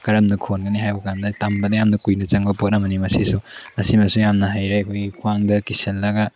ꯀꯔꯝꯅ ꯈꯣꯟꯒꯅꯤ ꯍꯥꯏꯕ ꯀꯥꯟꯗ ꯇꯝꯕꯗ ꯌꯥꯝꯅ ꯀꯨꯏꯅ ꯆꯪꯕ ꯄꯣꯠ ꯑꯃꯅꯤ ꯃꯁꯤꯁꯨ ꯑꯁꯤꯃꯁꯨ ꯌꯥꯝꯅ ꯍꯩꯔꯦ ꯑꯩꯈꯣꯏꯒꯤ ꯈ꯭ꯋꯥꯡꯗ ꯀꯤꯁꯤꯜꯂꯒ